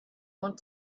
want